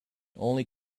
only